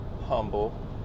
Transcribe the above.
humble